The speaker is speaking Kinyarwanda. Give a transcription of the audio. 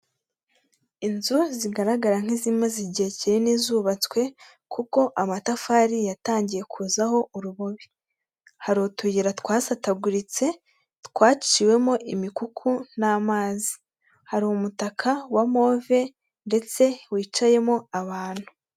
Inzu zigaragara nk'izimaze igihe kinini zubatswe, kuko amatafari yatangiye kuzaho urubobi. Hari utuyira twasataguritse, twaciwemo imikuku n'amazi. Hari umutaka wa move, ndetse wicayemo abantu.